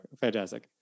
Fantastic